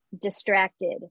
distracted